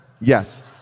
Yes